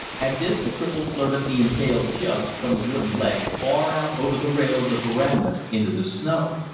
at this the cripple flirted the impaled jug from the wooden leg far out over the rail of the verandah into the snow.